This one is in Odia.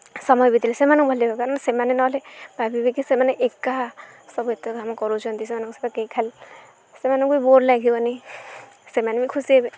ସମୟ ବିିତାଇଲେ ସେମାନଙ୍କୁ ଭଲ ଲାଗିବ କାରଣ ସେମାନେ ନହେଲେ ଭାବିବେକି ସେମାନେ ଏକା ସବୁ ଏତେ କାମ କରୁଛନ୍ତି ସେମାନଙ୍କ ସହିତ କେହି ଖାଲି ସେମାନଙ୍କୁ ବି ବୋର୍ ଲାଗିବନି ସେମାନେ ବି ଖୁସି ହେବେ